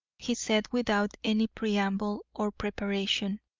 he said, without any preamble or preparation,